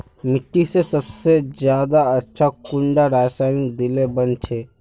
मिट्टी सबसे ज्यादा अच्छा कुंडा रासायनिक दिले बन छै?